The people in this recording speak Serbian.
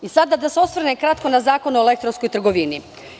Da se osvrnem na kratko na Zakon o elektronskoj trgovini.